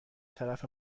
طرف